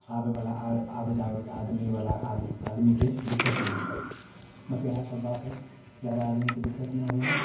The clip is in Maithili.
आबै बाला आबै जाएके आदमी बला आदमीके दिक्कत नहि होइ बस इएह सब बात जादा आदमी के दिक्कत नहि होइ हइ